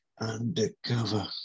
Undercover